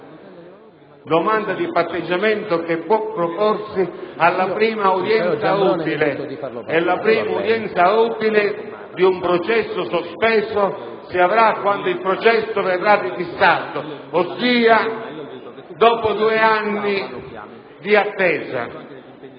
oppure che può proporsi alla prima udienza utile, laddove la prima udienza utile di un processo sospeso si avrà quando il processo verrà rifissato (ossia dopo due anni di attesa).